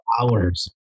hours